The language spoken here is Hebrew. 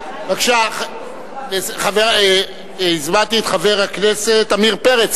בבקשה, הזמנתי את חבר הכנסת עמיר פרץ.